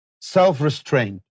self-restraint